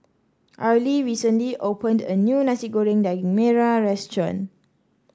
Arly recently opened a new Nasi Goreng Daging Merah Restaurant